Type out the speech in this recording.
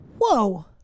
Whoa